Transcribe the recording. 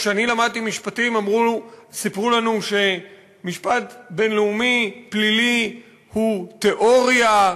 כשאני למדתי משפטים סיפרו לנו שמשפט בין-לאומי פלילי הוא תיאוריה,